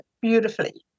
beautifully